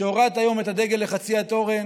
שהורדת היום את הדגל לחצי התורן: